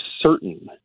certain